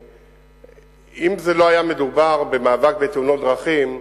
אם לא היה מדובר במאבק בתאונות דרכים,